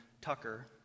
Tucker